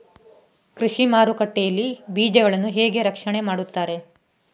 ಕೃಷಿ ಮಾರುಕಟ್ಟೆ ಯಲ್ಲಿ ಬೀಜಗಳನ್ನು ಹೇಗೆ ರಕ್ಷಣೆ ಮಾಡ್ತಾರೆ?